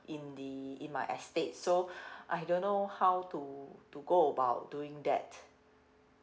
in the in my estate so I don't know how to to go about doing that